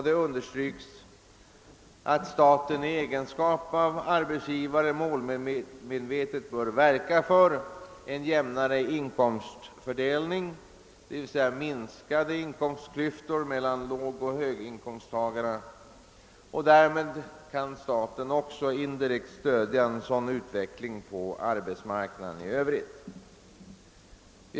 Det understryks i motionen ait staten i egenskap av arbetsgivare målmedvetet bör verka för en jämnare inkomstfördelning, d.v.s. för minskade inkomstklyftor mellan lågoch höginkomsttagarna. Därmed kan staten också indirekt främja en sådan utveckling på arbetsmarknaden i övrigt.